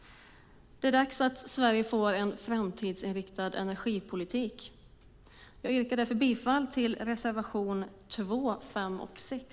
Det är dags att Sverige får en framtidsinriktad energipolitik. Jag yrkar bifall till reservationerna 2, 5 och 6.